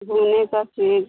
घूमने की चीज़